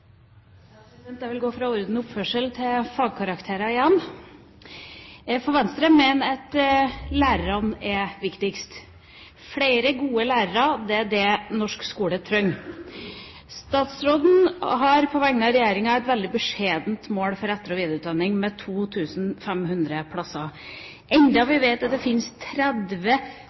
orden og oppførsel til fagkarakterer igjen. Venstre mener at lærerne er viktigst. Flere gode lærere er det norsk skole trenger. Statsråden har på vegne av regjeringa et veldig beskjedent mål for etter- og videreutdanning med 2 500 plasser, enda vi vet at det fins 30